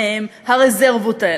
הרזרבות האלה.